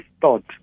thought